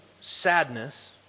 sadness